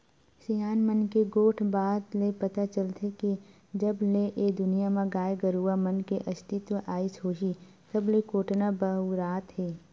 सियान मन के गोठ बात ले पता चलथे के जब ले ए दुनिया म गाय गरुवा मन के अस्तित्व आइस होही तब ले कोटना बउरात हे